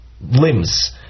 limbs